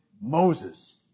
Moses